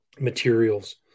materials